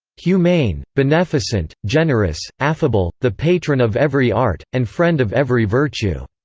humane, beneficent, generous, affable the patron of every art, and friend of every virtue.